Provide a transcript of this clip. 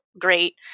great